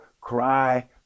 cry